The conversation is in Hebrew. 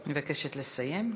אני מבקש לסיים,